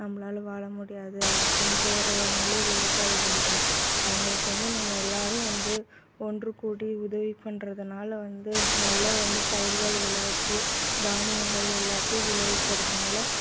நம்மளால வாழ முடியாது அதை கொண்டிட்டு வர்றவங்களே விவசாயிகள் தான் அவங்களுக்கு வந்து நம்ம எல்லோரும் வந்து ஒன்று கூடி உதவி பண்ணுறதுனால வந்து நல்லா வந்து பயிர்கள் விளைவிச்சி தானியங்கள் எல்லாத்தையும் விளைவிக்கிறதுனால